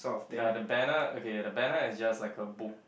ya the banner okay the banner is just like a book